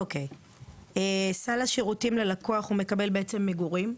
אוקי, סל השירותים ללקוח, הוא מקבל, בעצם, מגורים,